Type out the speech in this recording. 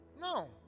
No